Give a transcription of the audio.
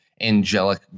angelic